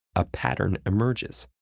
a pattern emerges.